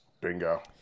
Bingo